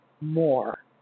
more